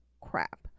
crap